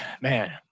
man